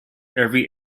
every